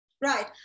right